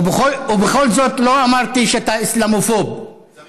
ובכל זאת לא אמרתי שאתה אסלאמופוב, אפילו